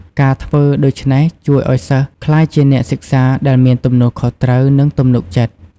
ការធ្វើដូច្នេះជួយឲ្យសិស្សក្លាយជាអ្នកសិក្សាដែលមានទំនួលខុសត្រូវ និងទំនុកចិត្ត។